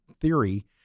theory